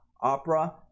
Opera